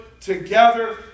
together